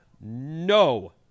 no